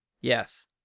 Yes